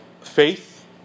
faith